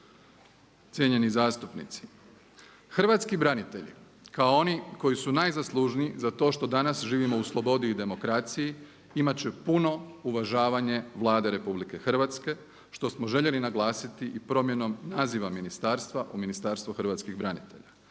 Cijenjeni zastupnici, hrvatski branitelji kao oni koji su najzaslužniji za to što danas živimo u slobodi i demokraciji imat će puno uvažavanje Vlade RH što smo željeli naglasiti i promjenom naziva ministarstva u Ministarstvo hrvatskih branitelja.